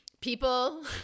People